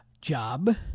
job